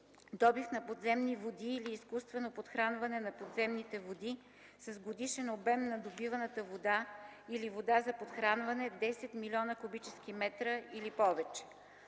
Добив на подземни води или изкуствено подхранване на подземните води с годишен обем на добиваната вода или вода за подхранване 10 млн. куб. м или повече.